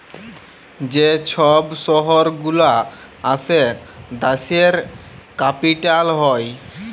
যে ছব শহর গুলা আসে দ্যাশের ক্যাপিটাল হ্যয়